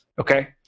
Okay